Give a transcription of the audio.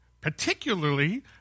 Particularly